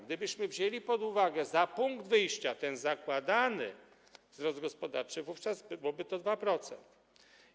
Gdybyśmy wzięli pod uwagę jako punkt wyjścia ten zakładany wzrost gospodarczy, wówczas byłoby to 2%.